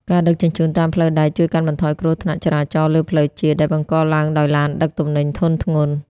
ការដឹកជញ្ជូនតាមផ្លូវដែកជួយកាត់បន្ថយគ្រោះថ្នាក់ចរាចរណ៍លើផ្លូវជាតិ ដែលបង្កឡើងដោយឡានដឹកទំនិញធុនធ្ងន់។